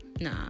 nah